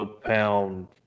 Pound